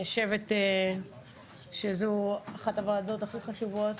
אני חושבת שזו אחת הוועדות הכי חשובות.